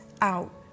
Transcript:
out